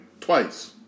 Twice